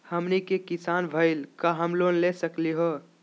हमनी के किसान भईल, का हम लोन ले सकली हो?